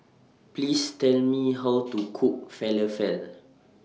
Please Tell Me How to Cook Falafel